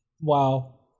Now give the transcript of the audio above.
Wow